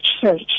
church